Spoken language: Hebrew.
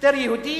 שוטר יהודי,